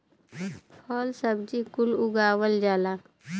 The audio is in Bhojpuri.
फल सब्जी कुल उगावल जाला